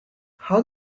how